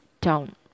town